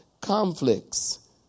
conflicts